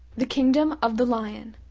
the kingdom of the lion